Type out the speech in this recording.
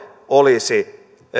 olisi